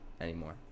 anymore